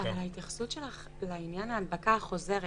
ההתייחסות שלך לעניין ההדבקה החוזרת